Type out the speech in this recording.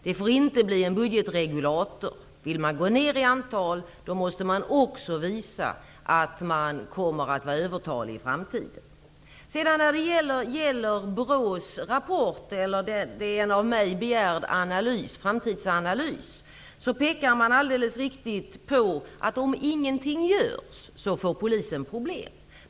Det får inte fungera som en budgetregulator. Vill man gå ner i antal, måste man också visa att man kommer att vara övertalig i framtiden. När det sedan gäller BRÅ:s rapport, eller den av mig begärda framtidsanalysen, pekar man alldeles riktigt på att man om ingenting görs kommer att få problem inom Polisen.